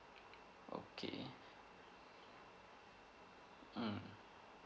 okay mm